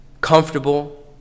comfortable